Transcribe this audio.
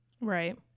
Right